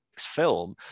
film